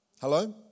hello